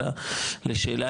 אלא לשאלה,